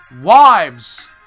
wives